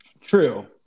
True